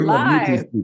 live